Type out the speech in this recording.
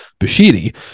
Bushiri